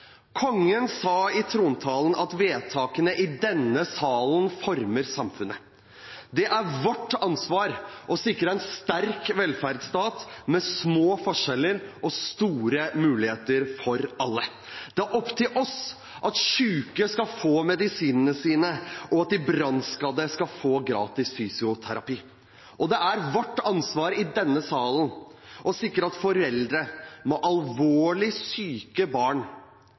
Kongen sa i trontalen at vedtakene i denne salen former samfunnet. Det er vårt ansvar å sikre en sterk velferdsstat med små forskjeller og store muligheter for alle. Det er opp til oss at syke skal få medisinene sine, og at de brannskadde skal få gratis fysioterapi. Og det er vi i denne salen som har ansvar for å sikre at alvorlig syke barn